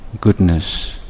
goodness